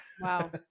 Wow